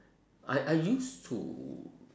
I I used to